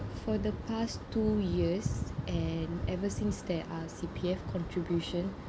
for the past two years and ever since there are C_P_F contribution